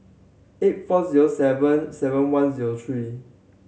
eight four zero seven seven one zero three